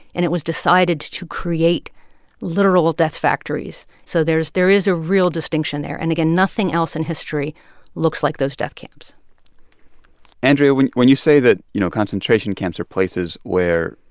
and it was decided to create literal death factories. so there's there is a real distinction there. and, again, nothing else in history looks like those death camps andrea, when when you say that you know concentration camps are places where,